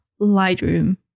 Lightroom